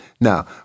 now